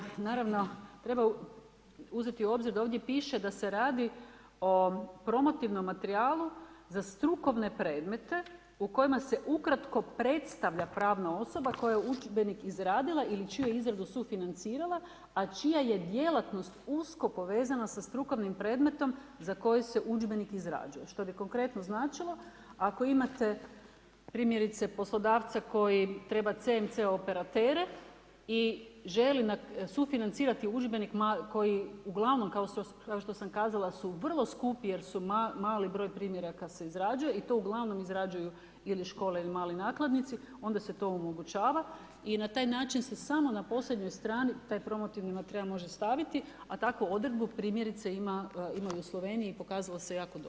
U osnovni, naravno treba uzeti u obzir da ovdje piše da se radi o promotivnom materijalu za strukovne predmete u kojima se ukratko predstavlja pravna osoba koja je udžbenik izradila ili čuju je izradu sufinancirala, a čija je djelatnost usko povezana sa strukovnim predmetom za koji se udžbenik izrađuje, što bi konkretno značilo, ako imate, primjerice poslodavca koji treba CMC operatere i želi sufinancirati koji uglavnom kao što sam kazala su vrlo skupi jer su mali broj primjeraka se izrađuje, i to uglavnom izrađuje ili škole ili mali nakladnici, onda se to omogućava i na taj način se samo na posljednjoj strani taj promotivni materijal može staviti, a takvu odredbu primjerice ima u Sloveniji i pokazalo se kao jako dobro.